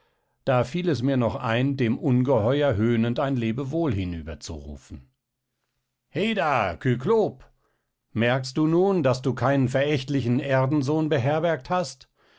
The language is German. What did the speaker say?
da fiel es mir noch ein dem ungeheuer höhnend ein lebewohl hinüber zu rufen heda kyklop merkst du nun daß du keinen verächtlichen erdensohn beherbergt hast